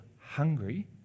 hungry